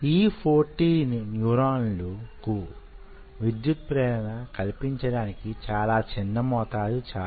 E 14 న్యూరాన్ల కు విద్యుత్ ప్రేరణ కల్పించడానికి చాలా చిన్న మోతాదు చాలు